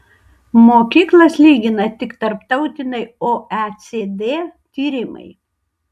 mokyklas lygina tik tarptautiniai oecd tyrimai